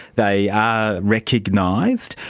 they are recognised.